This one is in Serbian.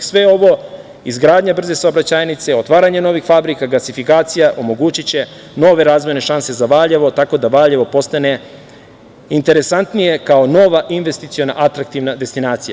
Sve ovo, izgradnja brze saobraćajnice, otvaranje novih fabrika, gasifikacija omogućiće nove razvojne šanse za Valjevo, tako da Valjevo postane interesantnije kao nova investiciona atraktivna destinacija.